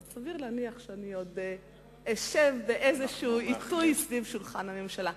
אז סביר להניח שעוד אשב באיזה עיתוי ליד שולחן הממשלה.